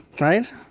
right